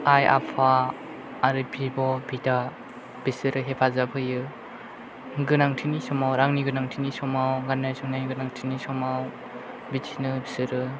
आइ आफा आरो बिब' बिदा बिसोरो हेफाजाब होयो गोनांथिनि समाव रांनि गोनांथिनि समाव गाननाय जोमनाय गोनांथिनि समाव बिदिनो बिसोरो